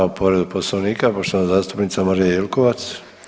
Imamo povredu poslovnika poštovana zastupnica Marija Jelkovac.